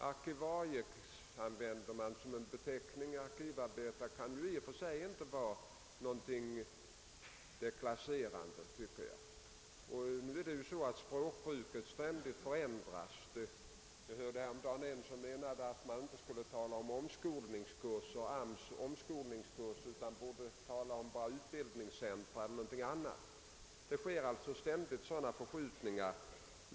Arkivarie används som en beteckning, och arkivarbetare kan inte vara något deklasserande. Språkbruket förändras ju ständigt. Någon sade häromdagen att man inte skulle tala om AMS:s omskolningskurser, utan man borde tala om utbildningscentra eller något annat. Det förekommer alltså ständigt förskjutningar.